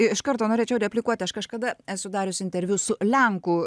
iš karto norėčiau replikuot aš kažkada esu dariusi interviu su lenkų